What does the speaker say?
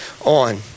on